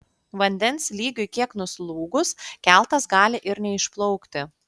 vandens lygiui kiek nuslūgus keltas gali ir neišplaukti